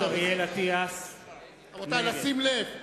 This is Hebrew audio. רבותי, לשים לב.